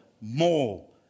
more